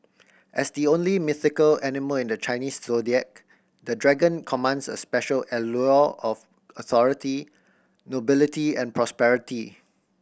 as the only mythical animal in the Chinese Zodiac the Dragon commands a special allure of authority nobility and prosperity